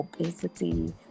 obesity